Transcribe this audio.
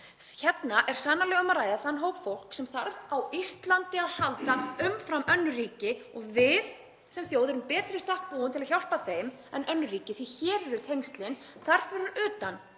Hérna er sannarlega um að ræða hóp fólks sem þarf á Íslandi að halda umfram önnur ríki og við sem þjóð erum betur í stakk búin til að hjálpa þeim en önnur ríki því hér eru tengslin. (Forseti